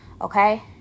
okay